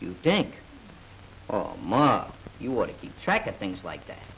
you take oh ma you want to keep track of things like that